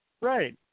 right